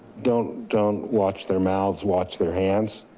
don't don't watch their mouths, watch their hands.